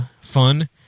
fun